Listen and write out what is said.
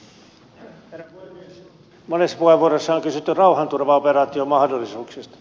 monessa puheenvuorossa on ky sytty rauhanturvaoperaation mahdollisuuksista